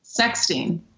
Sexting